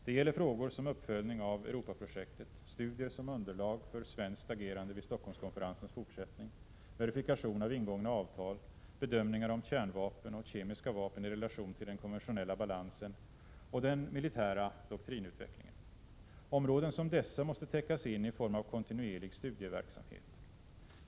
Det gäller frågor som uppföljning av Europaprojektet, studier som underlag för svenskt agerande vid Stockholmskonferensens fortsättning, verifikation av ingångna avtal, bedömningar om kärnvapen och kemiska vapen i relation till den konventionella balansen och den militära doktrinutvecklingen. Områden som dessa måste täckas in i form av en kontinuerlig studieverksamhet.